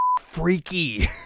freaky